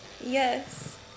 Yes